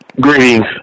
Greetings